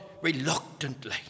reluctantly